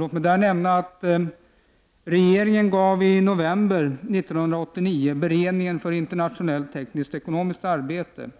Låt mig nämna att regeringen i november 1989 gav beredningen för internationellt tekniskt-ekonomiskt samarbete,